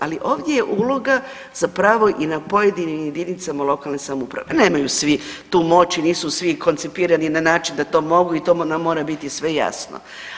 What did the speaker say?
Ali ovdje je uloga zapravo i na pojedinim jedinicama lokalne samouprave, nemaju svi tu moć i nisu svi koncipirani na način da to mogu i to nam mora biti sve jasno.